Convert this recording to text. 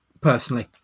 personally